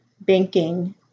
banking